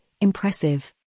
impressive